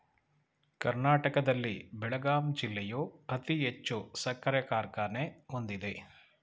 ಕರ್ನಾಟಕದಲ್ಲಿ ಬೆಳಗಾಂ ಜಿಲ್ಲೆಯು ಅತಿ ಹೆಚ್ಚು ಸಕ್ಕರೆ ಕಾರ್ಖಾನೆ ಹೊಂದಿದೆ